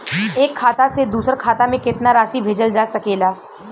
एक खाता से दूसर खाता में केतना राशि भेजल जा सके ला?